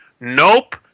nope